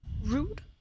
rude